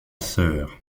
sœur